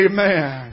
Amen